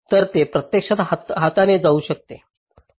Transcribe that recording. तर हे प्रत्यक्षात हाताने जाऊ शकते